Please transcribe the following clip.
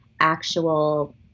actual